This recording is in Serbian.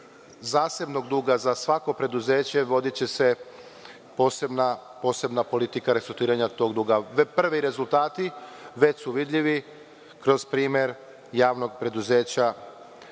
zasebnog duga za svako preduzeće, vodiće se posebna politika restrukturiranja tog duga. Prvi rezultati već su vidljivi kroz primer javnog preduzeća